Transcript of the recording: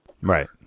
Right